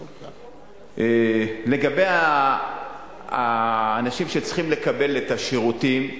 לגבי האנשים שצריכים לקבל את השירותים,